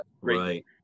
Right